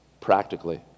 practically